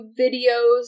videos